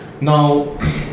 now